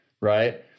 right